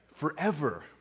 forever